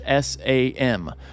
sam